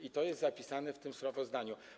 I to jest zapisane w tym sprawozdaniu.